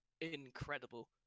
incredible